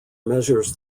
measures